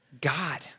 God